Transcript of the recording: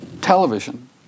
television